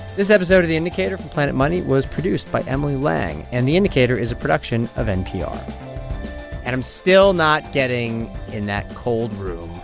this episode of the indicator from planet money was produced by emily lang, and the indicator is a production of npr and i'm still not getting in that cold room